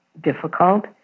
difficult